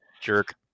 jerk